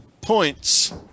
points